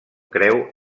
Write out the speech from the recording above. creu